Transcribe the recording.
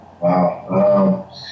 Wow